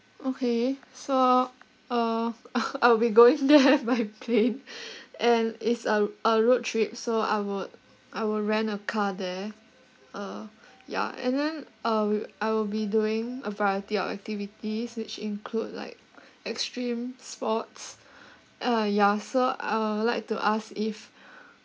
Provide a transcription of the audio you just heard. okay so uh I'll be going to have my trip and is a a road trip so I would I would rent a car there uh ya and then I will I will be doing a variety of activities which include like extreme sports uh ya so I would like to ask if